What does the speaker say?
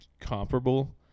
comparable